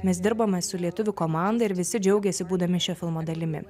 mes dirbame su lietuvių komanda ir visi džiaugiasi būdami šio filmo dalimi